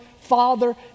Father